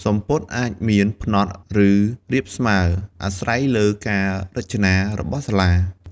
សំពត់អាចមាន ផ្នត់ ឬរាបស្មើ អាស្រ័យលើការរចនារបស់សាលា។